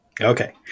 Okay